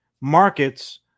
markets